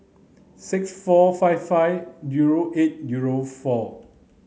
six four five five zero eight zero four